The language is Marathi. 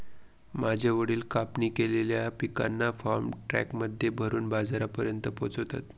माझे वडील कापणी केलेल्या पिकांना फार्म ट्रक मध्ये भरून बाजारापर्यंत पोहोचवता